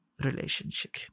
relationship